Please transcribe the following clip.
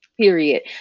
period